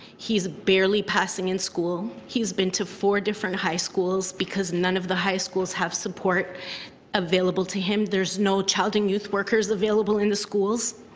he's barely passing school. he's been to four different high schools because none of the high schools have support available to him. there's no child and youth workers available in the schools.